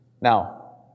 Now